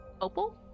Opal